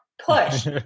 push